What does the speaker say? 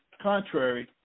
contrary